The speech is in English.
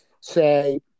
say